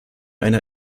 eine